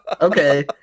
okay